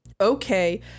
Okay